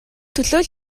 төлөө